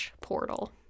portal